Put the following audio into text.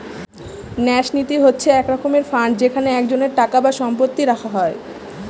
ন্যাস নীতি হচ্ছে এক রকমের ফান্ড যেখানে একজনের টাকা বা সম্পত্তি রাখা হয়